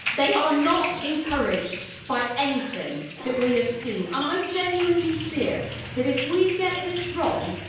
they are not encouraged by anything that we have seen, and i genuinely fear that if we get this wrong,